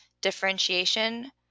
differentiation